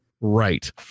Right